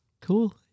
cool